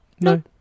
No